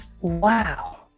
Wow